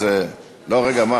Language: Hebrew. רגע.